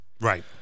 Right